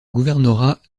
gouvernorat